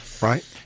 Right